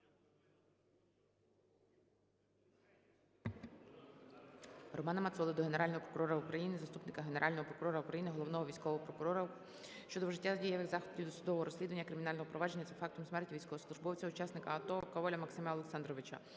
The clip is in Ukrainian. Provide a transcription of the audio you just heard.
Романа Мацоли до Генерального прокурора України, заступника Генерального прокурора України – Головного військового прокурора щодо вжиття дієвих заходів досудового розслідування кримінального провадження за фактом смерті військовослужбовця, учасника АТО – Коваля Максима Олександровича.